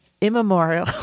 immemorial